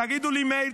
תגידו לי: מאיר,